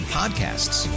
podcasts